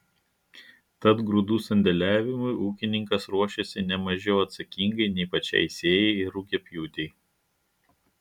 tad grūdų sandėliavimui ūkininkas ruošiasi ne mažiau atsakingai nei pačiai sėjai ir rugiapjūtei